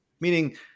meaning